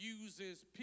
uses